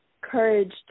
courage